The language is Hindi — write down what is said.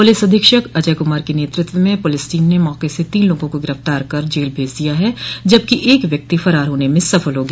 पुलिस अधीक्षक अजय कुमार के नतृत्व में पुलिस टीम ने मौक से तीन लोगों को गिरफ्तार कर जेल भेज दिया है जबकि एक व्यक्ति फरार होने में सफल हो गया